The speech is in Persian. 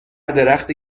درختی